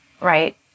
right